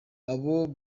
abo